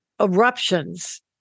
eruptions